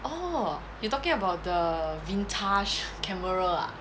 oh you talking about the vintage camera ah ya ya